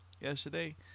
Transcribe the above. yesterday